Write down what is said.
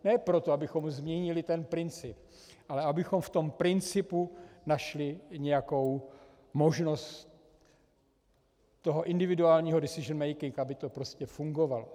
Ne proto, abychom změnili ten princip, ale abychom v tom principu našli nějakou možnost toho individuálního, aby to prostě fungovalo.